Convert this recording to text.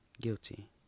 guilty